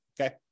okay